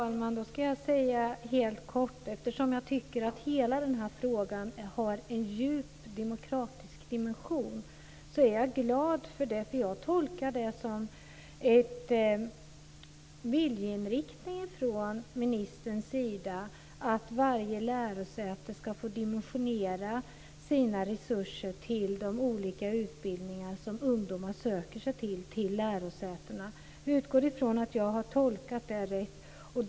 Fru talman! Helt kort vill jag säga att eftersom jag tycker att hela den här frågan har en djup demokratisk dimension är jag glad över det som utbildningsministern säger. Jag tolkar det som en viljeinriktning från ministern, att varje lärosäte ska få dimensionera sina resurser till de olika utbildningar som ungdomar söker sig till. Jag utgår ifrån att jag har tolkat det rätt.